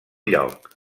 lloc